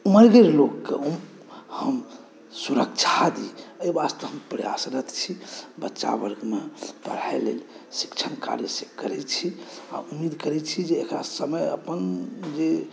मंद लोकके हम हम सुरक्षा दी एहि वास्ते हम प्रयासरत छी बच्चावर्गमे पढ़ाई लेल शिक्षण कार्यसे करै छी आ उम्मीद करै छी जे एक़रा समय अपन जे